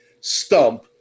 Stump